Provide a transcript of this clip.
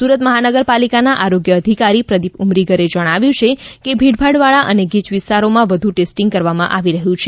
સુરત મહાનગરપાલિકાના આરોગ્ય અધિકારી પ્રદિપ ઉમરીગરે જણાવ્યું છે કે ભીડભાડવાળા અને ગીય વિસ્તારોમાં વધુ ટેસ્ટીંગ કરવામાં આવી રહ્યું છે